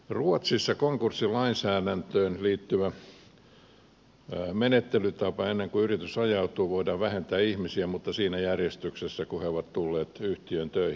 ruotsissa konkurssilainsäädäntöön liittyvä menettelytapa on että ennen kuin yritys ajautuu konkurssiin voidaan vähentää ihmisiä mutta siinä järjestyksessä kuin he ovat tulleet yhtiöön töihin